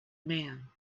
man